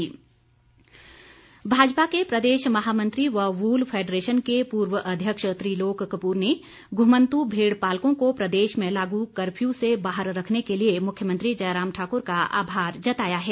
त्रिलोक कपूर भाजपा के प्रदेश महामंत्री व वूल फेडरेशन के पूर्व अध्यक्ष त्रिलोक कपूर ने घुमंत्र भेड़ पालकों को प्रदेश में लागू कर्फ्यू से बाहर रखने के लिए मुख्यमंत्री जयराम ठाकुर का आभार व्यक्त किया है